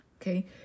okay